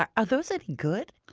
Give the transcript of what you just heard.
are ah those any good?